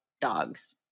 dogs